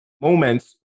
moments